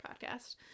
podcast